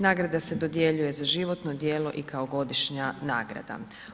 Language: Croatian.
Nagrada se dodjeljuje za životno djelo i kao godišnja nagrada.